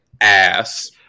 ass